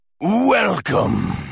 Welcome